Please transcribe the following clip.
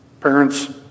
Parents